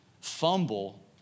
fumble